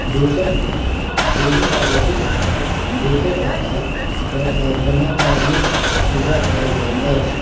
दोसर दिन देवी पार्वतीक दोसर अवतार ब्रह्मचारिणीक पूजा कयल जाइत अछि